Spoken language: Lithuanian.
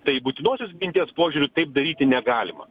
tai būtinosios ginties požiūriu taip daryti negalima